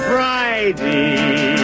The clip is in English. Friday